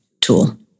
tool